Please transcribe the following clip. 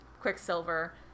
Quicksilver